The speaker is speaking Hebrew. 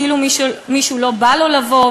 כאילו מישהו לא בא לו לבוא,